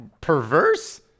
perverse